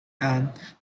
and